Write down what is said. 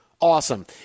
Awesome